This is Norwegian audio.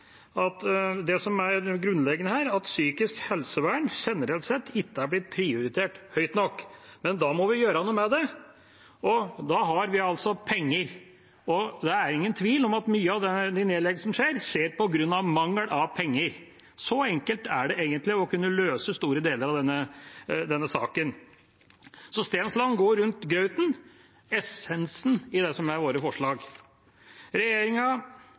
grunnleggende her, er at psykisk helsevern generelt sett ikke er blitt prioritert høyt nok. Men da må vi gjøre noe med det, og da har vi altså penger – og det er ingen tvil om at mye av de nedleggelsene som skjer, skjer på grunn av mangel på penger. Så enkelt er det egentlig å kunne løse store deler av denne saken. Så Stensland går rundt grauten, essensen i det som er våre forslag. Regjeringa